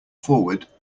forward